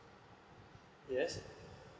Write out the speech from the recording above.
yes